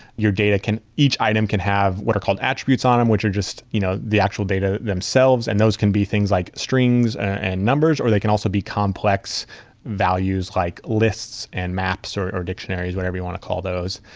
your data can each item can have what are called attributes on them, which are just you know the actual data themselves, and those can be things like strings and numbers or they can also be complex values, like lists, and maps, or or dictionaries, whatever you want to call those.